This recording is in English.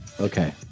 Okay